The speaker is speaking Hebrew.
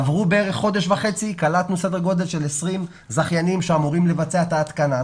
עבר כחודש וחצי וקלטנו סדר גודל של 20 זכיינים שאמורים לבצע את ההתקנה.